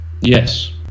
Yes